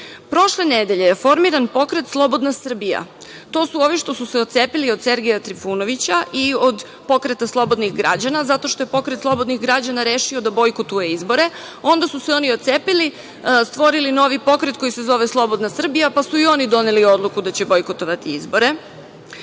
Niš“.Prošle nedelje je formiran pokret „Slobodna Srbija“, to su ovi što su se otcepili od Sergeja Trifunovića i od „Pokreta slobodnih građana“ zato što je „Pokret slobodnih građana“ rešio da bojkotuje izbore. Onda su se oni ocepili, stvorili novi pokret koji se zove „Slobodna Srbija“, pa su i oni doneli odluku da će bojkotovati izbore. Imamo